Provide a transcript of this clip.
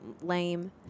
lame